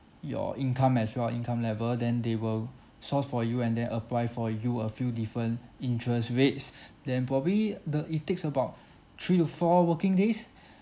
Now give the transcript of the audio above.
your income as your income level then they will source for you and then apply for you a few different interest rates then probably the it takes about three to four working days